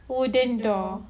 wooden door